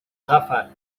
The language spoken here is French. rafales